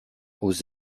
aux